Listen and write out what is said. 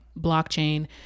blockchain